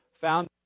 found